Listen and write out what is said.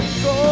go